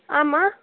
ஆமாம்